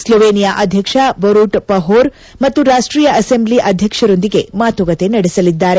Slovenia ಅಧ್ಯಕ್ಷ Borut Pahor ಮತ್ತು ರಾಷ್ಟೀಯ ಅಸ್ಸೆಂಬ್ಲಿ ಅಧ್ಯಕ್ಷರೊಂದಿಗೆ ಮಾತುಕತೆ ನಡೆಸಲಿದ್ದಾರೆ